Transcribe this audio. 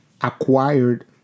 acquired